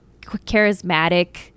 charismatic